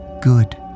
good